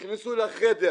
נכנסו לחדר